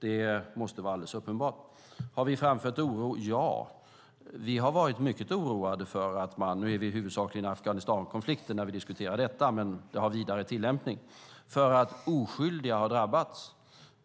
Det måste vara alldeles uppenbart. Har vi framfört oro? Ja, vi har varit mycket oroade. Nu är vi huvudsakligen i Afghanistankonflikten när vi diskuterar detta, men det har vidare tillämpning därför att oskyldiga har drabbats.